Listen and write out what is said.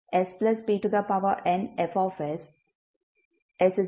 dmdsmspnF|s p ಆಗುತ್ತದೆ